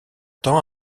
temps